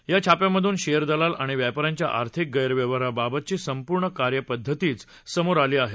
या छाप्यांमधून शेअर दलाल आणि व्यापाऱ्यांच्या आर्थिक गैरव्यवहाराबाबतची संपूर्ण कार्यपद्धतीच समोर आली आहे